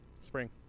spring